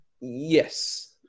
Yes